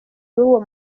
n’uwo